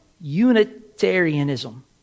Unitarianism